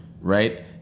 right